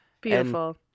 Beautiful